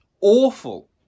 Awful